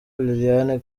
liliane